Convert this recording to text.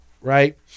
right